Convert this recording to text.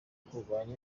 kurwanya